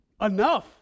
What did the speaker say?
enough